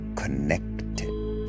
connected